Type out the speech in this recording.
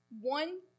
one